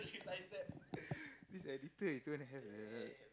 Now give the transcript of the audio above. this editor is going to have a